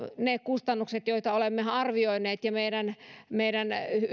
ne kustannukset joita olemme arvioineet ja meidän meidän